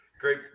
Great